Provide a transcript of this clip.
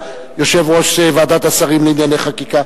יושב-ראש ועדת השרים לענייני חקיקה,